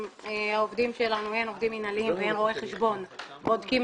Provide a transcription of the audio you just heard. העובדים שהם עובדים מינהליים והם רואי חשבון בודקים